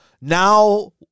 now